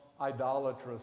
idolatrous